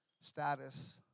status